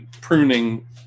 pruning